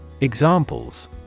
Examples